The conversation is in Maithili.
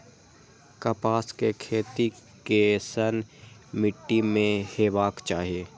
कपास के खेती केसन मीट्टी में हेबाक चाही?